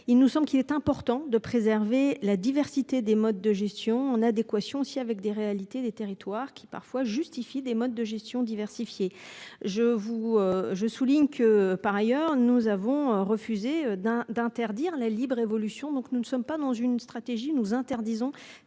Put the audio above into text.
Il nous semble qu'il est important de préserver la diversité des modes de gestion en adéquation aussi avec des réalités des territoires qui parfois justifie des modes de gestion diversifiée. Je vous je souligne que par ailleurs nous avons refusé d'un d'interdire la libre évolution. Donc nous ne sommes pas dans une stratégie nous interdisons